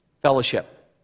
fellowship